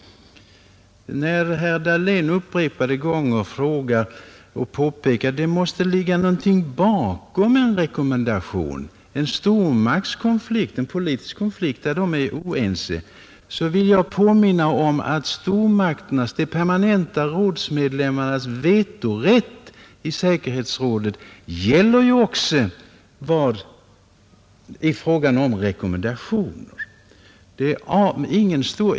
När herr Dahlén upprepade gånger påpekar att ”det måste ligga något bakom” en rekommendation, en politisk konflikt där stormakterna är oense, vill jag påminna om att stormakternas, de permanenta rådsmedlemmarnas, vetorätt i säkerhetsrådet också gäller i fråga om rekommendationer.